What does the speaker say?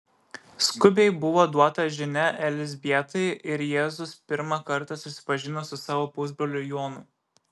skubiai buvo duota žinia elzbietai ir jėzus pirmą kartą susipažino su savo pusbroliu jonu